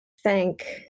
Thank